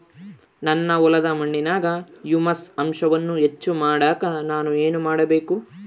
ನನ್ನ ಹೊಲದ ಮಣ್ಣಿನಾಗ ಹ್ಯೂಮಸ್ ಅಂಶವನ್ನ ಹೆಚ್ಚು ಮಾಡಾಕ ನಾನು ಏನು ಮಾಡಬೇಕು?